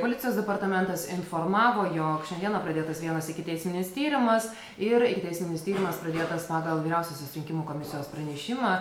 policijos departamentas informavo jog šiandieną pradėtas vienas ikiteisminis tyrimas ir ikiteisminis tyrimas pradėtas pagal vyriausiosios rinkimų komisijos pranešimą